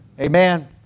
Amen